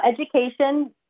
Education